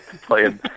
playing